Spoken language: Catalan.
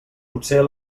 potser